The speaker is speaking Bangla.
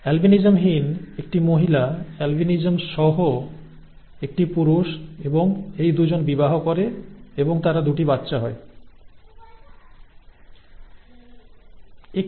অ্যালবিনিজমবিহীন একটি মহিলা অ্যালবিনিজম সহ একটি পুরুষ এবং এই দুজন বিবাহ করে এবং তারা 2 টি বাচ্চা হয় একটি মহিলা অ্যালবিনিজম ছাড়া এবং একটি মহিলা অ্যালবিনিজম সহ ঠিক আছে